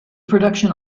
production